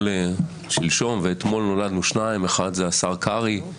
שלשום ואתמול נולדו שניים: האחד זה השר קרעי,